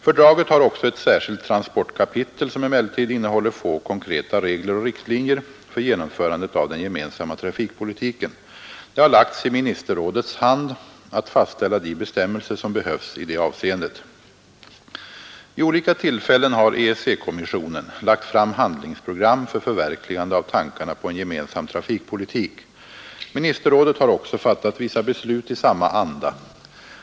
Fördraget har också ett särskilt transportkapitel som emellertid innehåller få konkreta regler och riktlinjer för genomförandet av den gemensamma trafikpolitiken. Det har lagts i ministerrådets hand att fastställa de bestämmelser som behövs i det avseendet. Vid olika tillfällen har EEC-kommissionen lagt fram handlingsprogram för förverkligande av tankarna på en gemensam trafikpolitik. Ministerrådet har också fattat vissa beslut i samma anda.